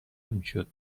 میشد